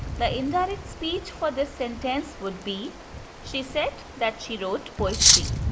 the indirect speech for this sentence would be she said that she wrote poetry.